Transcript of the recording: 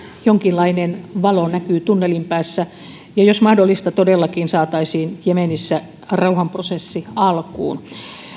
jonkinlainen valo näkyy tunnelin päässä ja jos mahdollista todellakin saataisiin jemenissä rauhanprosessi alkuun